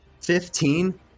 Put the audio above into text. Fifteen